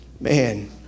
man